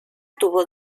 tuvo